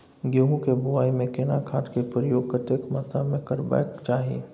गेहूं के बुआई में केना खाद के प्रयोग कतेक मात्रा में करबैक चाही?